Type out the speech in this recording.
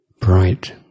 bright